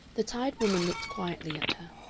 the tired woman looked quietly at her.